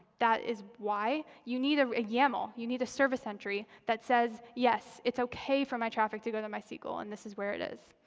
that is why. you need a yaml. you need a service entry that says, yes, it's ok for my traffic to go to mysql, and this is where it is.